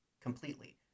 completely